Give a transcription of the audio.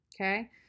okay